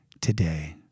today